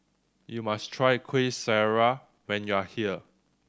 you must try Kuih Syara when you are here